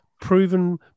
proven